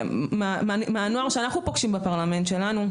מהנוער שאנחנו פוגשים בפרלמנט שלנו,